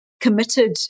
committed